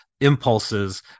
impulses